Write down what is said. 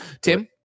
tim